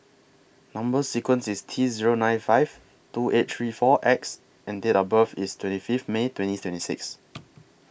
Number sequence IS T Zero nine five two eight three four X and Date of birth IS twenty Fifth May twenty twenty six